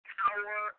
power